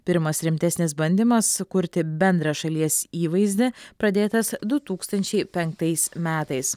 pirmas rimtesnis bandymas kurti bendrą šalies įvaizdį pradėtas du tūkstančiai penktais metais